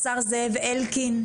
השר זאב אלקין,